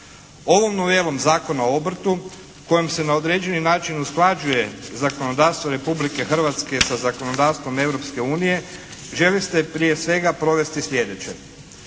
Ovom novelom Zakona o obrtu kojom se na određeni način usklađuje zakonodavstvo Republike Hrvatske sa zakonodavstvom Europske unije želi se prije svega provesti sljedeće.